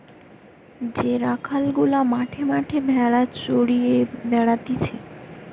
যে রাখাল গুলা মাঠে মাঠে ভেড়া চড়িয়ে বেড়াতিছে